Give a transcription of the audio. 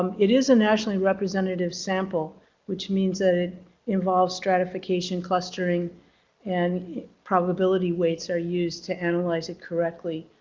um it is a nationally representative sample which means that it involves stratification clustering and probability weights are used to analyze it correctly.